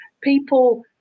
people